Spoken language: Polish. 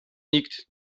nikt